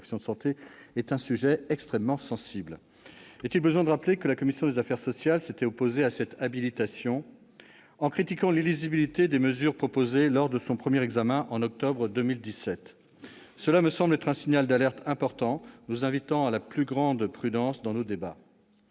professions de santé est un sujet extrêmement sensible. Est-il ainsi besoin de rappeler que la commission des affaires sociales s'était opposée à cette habilitation en critiquant l'illisibilité des mesures proposées, lors de son premier examen, en octobre 2017 ? Cela me semble être un signal d'alerte important, nous invitant à la plus grande prudence dans nos débats.